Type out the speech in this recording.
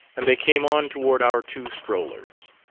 and they came on toward our two strollers.